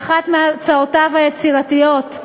באחת מהצעותיו היצירתיות,